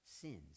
sins